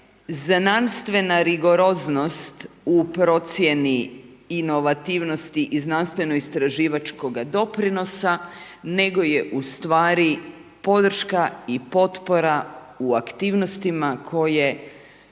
znanstvena rigoroznost u procijeni inovativnosti i znanstveno istraživačkoga doprinosa, nego je ustvari potpora u aktivnostima koje